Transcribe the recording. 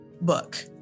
book